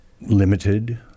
limited